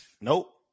Nope